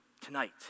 tonight